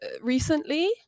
recently